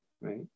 right